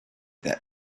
that